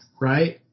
right